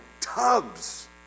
tubs